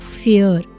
fear